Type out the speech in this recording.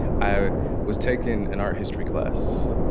i was taking an art history class.